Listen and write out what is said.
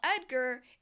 Edgar